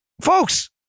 Folks